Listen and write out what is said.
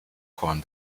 korn